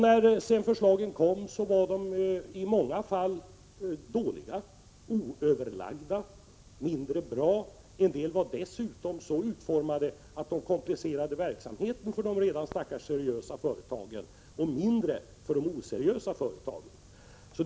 När förslagen sedan kom var de i många fall oöverlagda och mindre bra. En del av dem var dessutom utformade på ett sådant sätt att de komplicerade verksamheten för de redan ansträngda seriösa företagen. Däremot drabbades de oseriösa företagen mindre.